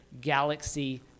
galaxy